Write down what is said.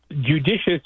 judicious